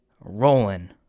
rolling